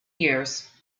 years